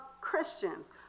Christians